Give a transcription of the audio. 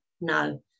no